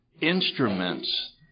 instruments